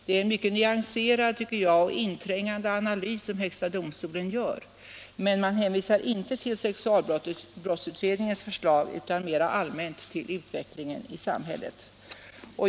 Det är en mycket nyanserad och inträngande analys högsta domstolen gör, men man hänvisar inte till sexualbrottsutredningens förslag utan mera allmänt till utvecklingen i samhället.